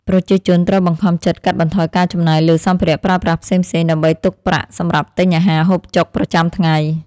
ប្រជាជនត្រូវបង្ខំចិត្តកាត់បន្ថយការចំណាយលើសម្ភារៈប្រើប្រាស់ផ្សេងៗ ដើម្បីទុកប្រាក់សម្រាប់ទិញអាហារហូបចុកប្រចាំថ្ងៃ។